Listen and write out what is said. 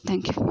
thank you